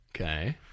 Okay